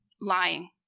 lying